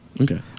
Okay